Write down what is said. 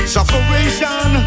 Sufferation